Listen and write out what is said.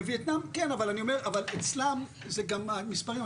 בווייטנאם כן, אבל אצלם זה גם מספרים.